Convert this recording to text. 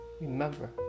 remember